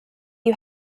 you